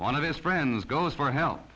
one of his friends goes for help